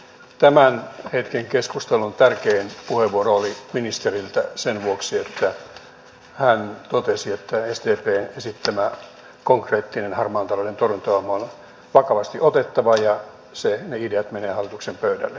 tämän hetken keskustelun tärkein puheenvuoro oli ministeriltä sen vuoksi että hän totesi että sdpn esittämä konkreettinen harmaan talouden torjuntaohjelma on vakavasti otettava ja ne ideat menevät hallituksen pöydälle